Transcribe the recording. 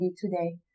today